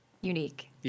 unique